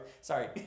sorry